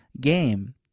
game